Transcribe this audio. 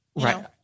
Right